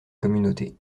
communauté